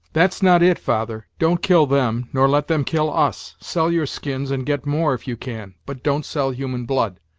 that's not it, father! don't kill them, nor let them kill us. sell your skins, and get more, if you can but don't sell human blood.